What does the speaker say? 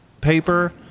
paper